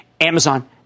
Amazon